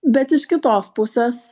bet iš kitos pusės